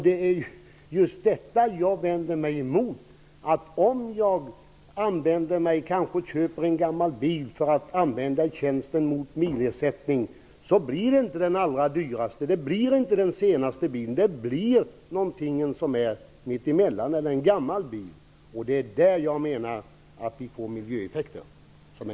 Det jag vänder mig emot är att om jag kanske köper en gammal bil för att använda i tjänsten och får milersättning, så blir det inte den allra dyraste och senaste bilmodellen, utan det blir ett mellanting eller en gammal bil. Det är det som jag menar ger negativa miljöeffekter.